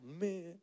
man